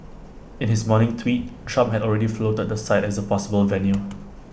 in his morning tweet Trump had already floated the site as A possible venue